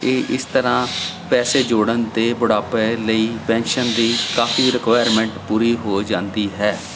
ਇਹ ਇਸ ਤਰ੍ਹਾਂ ਪੈਸੇ ਜੋੜਨ 'ਤੇ ਬੁਢਾਪੇ ਲਈ ਪੈਨਸ਼ਨ ਦੀ ਕਾਫ਼ੀ ਰਿਕੁਾਇਰਮੈਂਟ ਪੂਰੀ ਹੋ ਜਾਂਦੀ ਹੈ